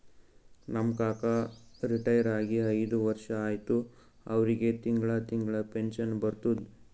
ನಮ್ ಕಾಕಾ ರಿಟೈರ್ ಆಗಿ ಐಯ್ದ ವರ್ಷ ಆಯ್ತ್ ಅವ್ರಿಗೆ ತಿಂಗಳಾ ತಿಂಗಳಾ ಪೆನ್ಷನ್ ಬರ್ತುದ್